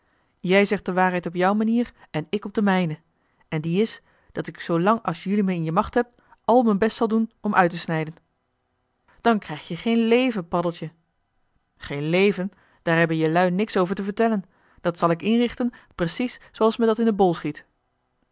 jij zegt de waarheid op jou manier en ik op de mijne en die is dat ik zoolang als jelui me in je macht hebt àl m'n best zal doen om uit te snijden dan krijg je geen leven paddeltje geen leven daar hebben jelui niks over te vertellen dat zal ik inrichten precies zooals me dat in den bol schiet